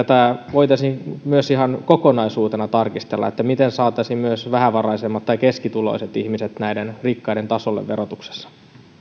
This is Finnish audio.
voitaisiin myös ihan kokonaisuutena tarkistella miten saataisiin myös vähävaraisemmat ja keskituloiset ihmiset näiden rikkaiden tasolle verotuksessa